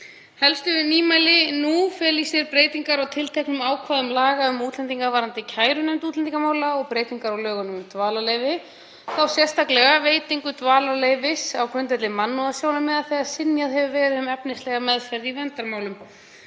Helstu nýmæli nú fela í sér breytingar á tilteknum ákvæðum laga um útlendinga varðandi kærunefnd útlendingamála og breytingar á lögum um dvalarleyfi, þá sérstaklega veitingu dvalarleyfis á grundvelli mannúðarsjónarmiða þegar synjað hefur verið um efnislega meðferð í verndarmálum,